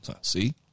see